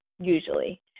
Usually